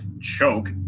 choke